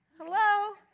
Hello